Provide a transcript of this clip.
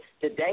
today